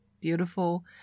beautiful